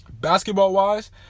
Basketball-wise